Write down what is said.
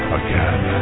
again